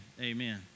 amen